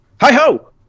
Hi-ho